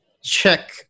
check